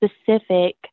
specific